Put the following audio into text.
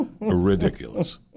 Ridiculous